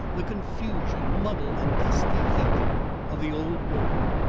the confusion, muddle, and dusty heat of the old world.